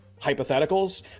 hypotheticals